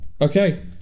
Okay